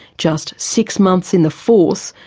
just six months in the force,